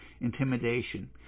intimidation